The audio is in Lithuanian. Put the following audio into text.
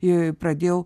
i pradėjau